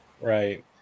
Right